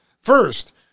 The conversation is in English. First